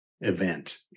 event